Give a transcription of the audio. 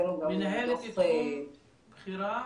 מנהלת תחום בכירה,